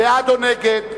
בעד או נגד.